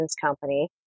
company